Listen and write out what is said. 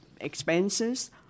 expenses